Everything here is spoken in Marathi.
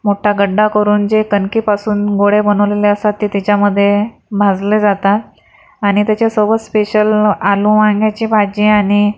मोठा खड्डा करून जे कणकेपासून गोड्या बनवलेले असतात ते त्याच्यामध्ये भाजले जातात आणि त्याच्या सवस स्पेशल आलू वांग्याची भाजी आणि